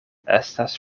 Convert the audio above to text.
estas